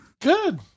Good